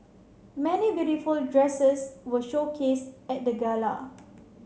many beautiful dresses were showcased at the gala